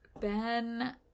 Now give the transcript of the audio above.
Ben